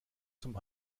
zum